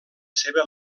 seva